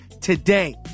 today